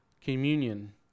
communion